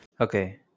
Okay